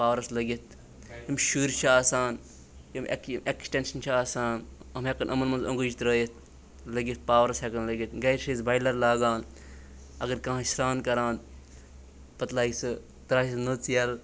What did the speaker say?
پاورَس لٔگِتھ یِم شُرۍ چھِ آسان یِم ایٚکہ اٮ۪کٕسٹٮ۪نشَن چھِ آسان یِم ہٮ۪کَن یِمَن منٛز اوٚنٛگُج ترٛٲیِتھ لٔگِتھ پاورَس ہٮ۪کَن لٔگِتھ گَرِ چھِ أسۍ بایلَر لاگان اَگَر کانٛہہ آسہِ سرٛان کَران پَتہٕ لاگہِ سُہ ترٛاوِ سُہ نٔژ یَلہٕ